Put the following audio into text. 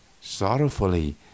sorrowfully